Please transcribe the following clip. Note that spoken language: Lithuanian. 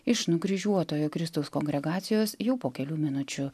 iš nukryžiuotojo kristaus kongregacijos jau po kelių minučių